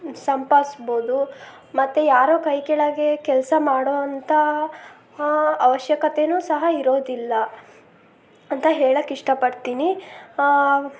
ಸಂಪಾದಿಸ್ಬೋದು ಮತ್ತು ಯಾರ ಕೈ ಕೆಳಗೆ ಕೆಲಸ ಮಾಡೋವಂಥ ಅವಶ್ಯಕತೆನೂ ಸಹ ಇರೋದಿಲ್ಲ ಅಂತ ಹೇಳಕ್ಕೆ ಇಷ್ಟಪಡ್ತೀನಿ